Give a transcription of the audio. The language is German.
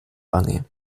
wange